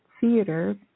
theater